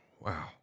Wow